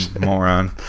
moron